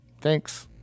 Thanks